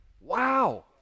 Wow